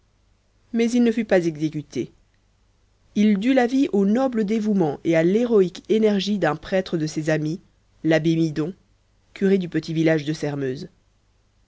mais il ne fut pas exécuté il dut la vie au noble dévouement et à l'héroïque énergie d'un prêtre de ses amis l'abbé midon curé du petit village de sairmeuse